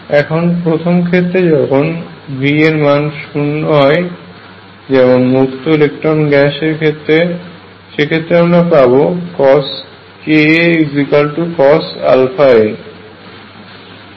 এখন প্রথম ক্ষেত্রে যখন V এর মান 0 হয় যেমন মুক্ত ইলেকট্রন গ্যাসের ক্ষেত্রে সেক্ষেত্রে আমরা পাব CoskaCosαa